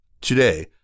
Today